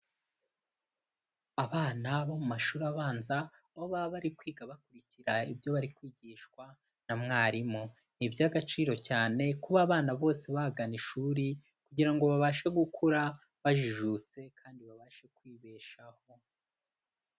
Abana bo mu mashuri abanza, aho baba bari kwiga bakurikira ibyo bari kwigishwa na mwarimu. Ni iby'agaciro cyane kuba abana bose bagana ishuri, kugira ngo babashe gukura bajijutse, kandi babashe kwibeshaho.